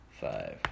Five